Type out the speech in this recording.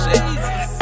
Jesus